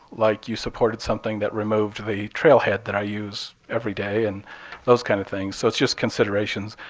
like you supported something that removed the trailhead that i use every day and those kind of things, so just considerations.